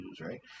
right